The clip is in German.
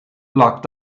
lag